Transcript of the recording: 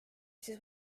siis